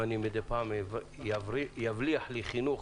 אם מדי פעם יבליח לי חינוך